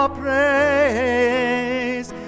praise